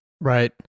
Right